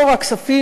לא רק כספים,